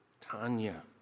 Tanya